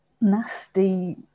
nasty